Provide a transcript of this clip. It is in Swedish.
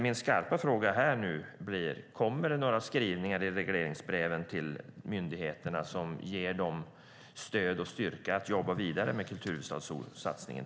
Min skarpa fråga här blir därför: Kommer det några skrivningar i regleringsbreven till myndigheterna som ger dem stöd och styrka att jobba vidare med kulturhuvudstadsårssatsningen?